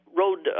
road